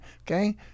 Okay